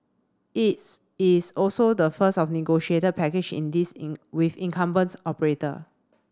its is also the first of negotiated package in this in with incumbent operator